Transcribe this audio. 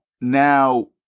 now